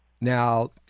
Now